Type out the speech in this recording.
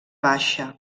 baixa